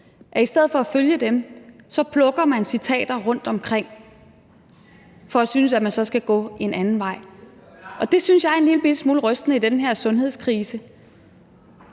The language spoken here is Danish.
på det område, plukker citater rundtomkring for at synes, at man skal gå en anden vej, og det synes jeg er en lille bitte smule rystende i den her sundhedskrise.